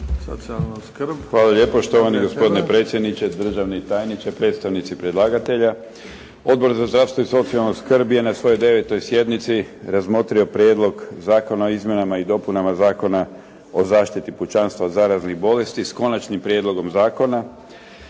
Hvala lijepa. Štovani gospodine predsjedniče, državni tajniče, predstavnici predlagatelja. Odbor za zdravstvo i socijalnu skrb je na svojoj devetoj sjednici razmotrio Prijedlog Zakona o izmjenama i dopunama Zakona o zaštiti pučanstva od zaraznih bolesti s Konačnim prijedlogom zakona.